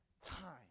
time